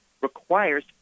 requires